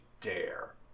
dare